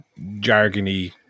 jargony